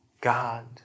God